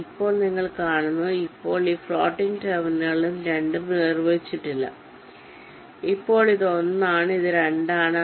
ഇപ്പോൾ നിങ്ങൾ കാണുന്നു ഇപ്പോൾ ഈ ഫ്ലോട്ടിംഗ് ടെർമിനലും 2 ഉം നിർവചിച്ചിട്ടില്ല ഇപ്പോൾ ഇത് 1 ആണ് ഇത് 2 ആണ്